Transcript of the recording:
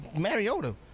Mariota